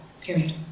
Period